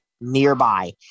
nearby